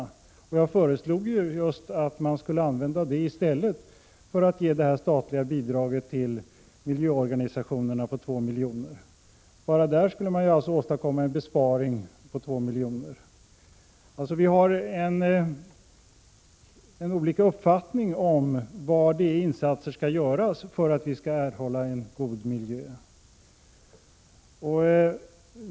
Detta sade jag också i mitt anförande, och jag föreslog att man skulle använda det i stället för att anslå det statliga bidraget på 2 milj.kr. till miljöorganisationerna. Bara därigenom skulle man alltså kunna åstadkomma en besparing på 2 miljoner. Vi har olika uppfattning om var insatserna skall göras för att vi skall få en god miljö.